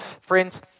Friends